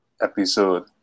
episode